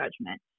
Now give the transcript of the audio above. judgment